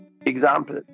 Example